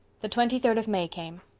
the twenty-third of may came.